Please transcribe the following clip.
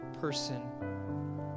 person